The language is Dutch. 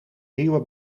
nieuwe